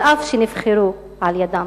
אף שנבחרו על-ידם,